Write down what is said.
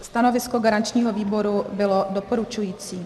Stanovisko garančního výboru bylo doporučující.